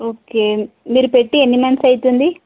okay మీరు పెట్టి ఎన్ని మంత్స్ అవుతుంది